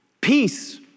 Peace